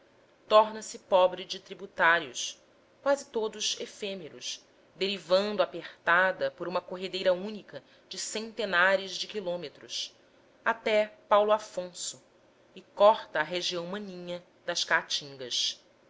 torna-se pobre de tributários quase todos efêmeros derivando apertada por uma corredeira única de centenares de quilômetros até paulo afonso e corta a região maninha das caatingas